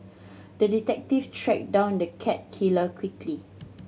the detective tracked down the cat killer quickly